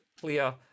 clear